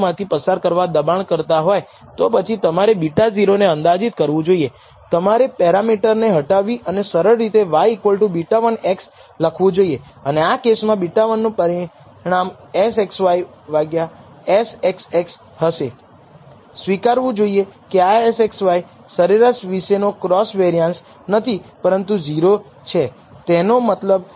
તેથી degrees of freedom દીઠ સરેરાશ સમ સ્ક્વેર્ડ એરર જે આપણે કહીએ છીએ તે જ છે અને તે છે તમારી નૉરમલાઈઝેશન SSR આ નોર્મલાઇઝ્ડ દ્વારા વહેંચાયેલું છે આ જથ્થો છે અને આપણે ઔપચારિક રૂપે બતાવી શકીએ છીએ કે F સ્ટેટિસ્ટિક છે કારણ કે તે બે સ્ક્વેર્ડ કોન્ટીટીસના ગુણોત્તર છે અને દરેક સ્ક્વેર્ડ કોન્ટીટીસ પોતે જ χ સ્ક્વેર્ડ ચલ છે કારણ કે તે સામાન્ય ચલનો વર્ગ છે